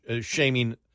shaming